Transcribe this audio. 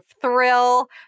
thrill